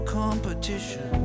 competition